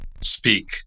speak